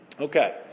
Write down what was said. Okay